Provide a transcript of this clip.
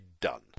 done